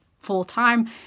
full-time